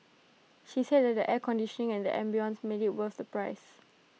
she said that the air conditioning and the ambience made IT worth the price